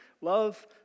Love